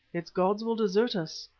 its gods will desert us,